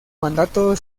mandato